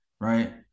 Right